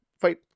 fight